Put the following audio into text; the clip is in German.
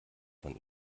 von